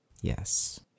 Yes